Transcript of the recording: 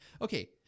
Okay